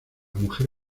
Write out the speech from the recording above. mujer